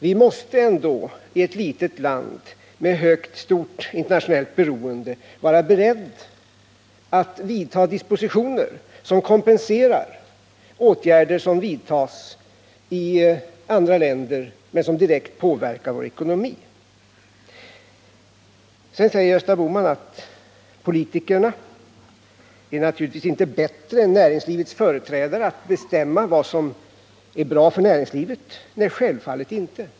Vi måste i ett litet land med ett stort internationellt beroende vara beredda att göra dispositioner som kompenserar åtgärder som vidtas i andra länder och som direkt påverkar vår ekonomi. Sedan sade Gösta Bohman att politikerna naturligtvis inte är bättre än näringslivets företrädare på att bestämma vad som är bra för näringslivet. Nej, självfallet inte.